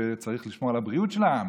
וצריך לשמור על הבריאות שלהם,